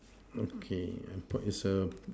okay uh it's a